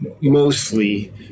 mostly